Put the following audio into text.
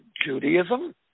Judaism